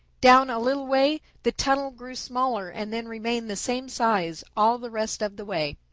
down a little way the tunnel grew smaller and then remained the same size all the rest of the way.